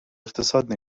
اقتصاد